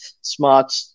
smart